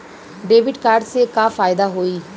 Debit card से का फायदा होई?